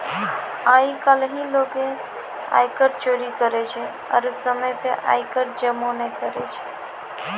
आइ काल्हि लोगें आयकर चोरी करै छै आरु समय पे आय कर जमो नै करै छै